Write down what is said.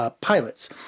pilots